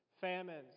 Famines